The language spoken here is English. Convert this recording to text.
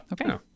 okay